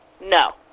No